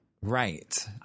Right